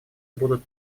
будут